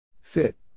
Fit